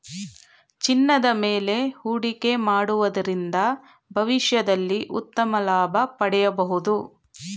ಚಿನ್ನದ ಮೇಲೆ ಹೂಡಿಕೆ ಮಾಡುವುದರಿಂದ ಭವಿಷ್ಯದಲ್ಲಿ ಉತ್ತಮ ಲಾಭ ಪಡೆಯಬಹುದು